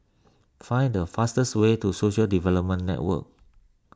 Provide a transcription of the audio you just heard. find the fastest way to Social Development Network